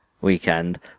weekend